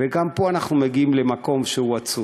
וגם פה אנחנו מגיעים למקום שהוא עצוב,